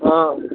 ହଁ